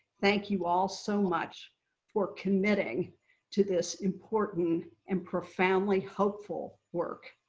thank you, all, so much for committing to this important and profoundly hopeful work.